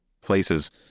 places